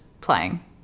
playing